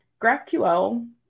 GraphQL